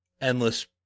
Endless